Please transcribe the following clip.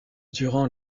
durant